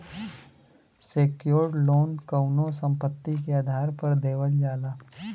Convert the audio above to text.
secured loan कउनो संपत्ति के आधार पर देवल जाला